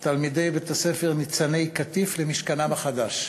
תלמידי בית-הספר "ניצני קטיף" למשכנם החדש.